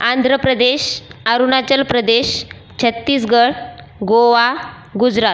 Andhra Pradesh Arunachal Pradesh Chhattisgarh Goa Gujarat